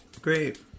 Great